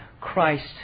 Christ